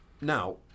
now